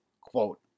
quote